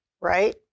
right